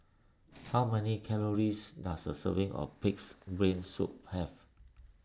how many calories does a serving of Pig's Brain Soup have